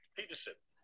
Peterson